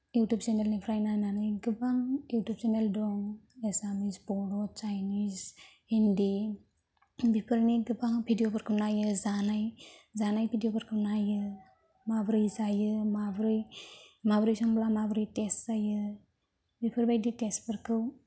YouTube चेनेलनिफ्राय नायनानै गोबां इउटुब चेनेल दं एसामिस बर' चाइनिस हिन्दी बेफोरनि गोबां भिडिअफोरखौ नायो जानाय जानाय भिडिअफोरखौ नायो मबोरै जायो माबोरै माबोरै संब्ला माबोरै टेस्ट जायो बेफोरबायदि टेस्टफोरखौ